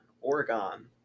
Oregon